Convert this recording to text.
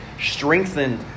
strengthened